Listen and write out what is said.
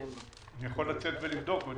אני יכול לצאת ולבדוק.